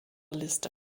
liste